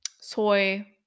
soy